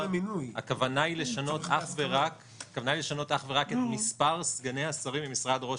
הכוונה היא לשנות אך ורק את מספר סגני השרים במשרד ראש